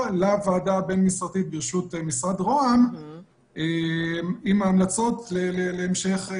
לוועדה הבין משרדית בראשות משרד רה"מ עם המלצות להמשך.